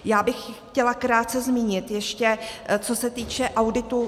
Já bych chtěla krátce zmínit ještě, co se týče auditu.